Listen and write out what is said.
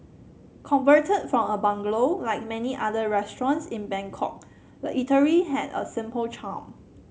converted from a bungalow like many other restaurants in Bangkok the eatery had a simple charm